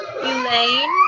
Elaine